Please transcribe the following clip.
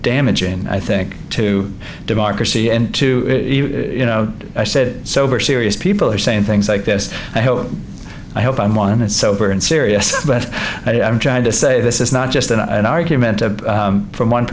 damaging i think to democracy and to you know i said so over serious people are saying things like this i hope i hope i'm honest sober and serious but i'm trying to say this is not just an argument from one